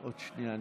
עוד שנייה.